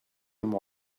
and